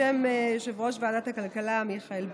בשם יושב-ראש ועדת הכלכלה מיכאל ביטון,